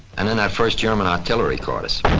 and then that first german artillery caught us.